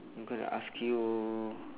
I'm gonna ask you